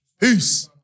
Peace